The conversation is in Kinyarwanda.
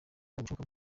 ibishoboka